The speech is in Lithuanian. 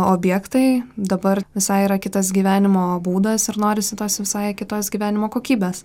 objektai dabar visai yra kitas gyvenimo būdas ir norisi tos visai kitos gyvenimo kokybės